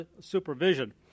Supervision